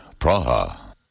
Praha